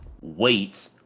wait